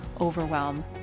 overwhelm